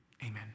Amen